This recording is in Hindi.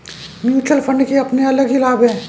म्यूच्यूअल फण्ड के अपने अलग ही लाभ हैं